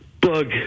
bug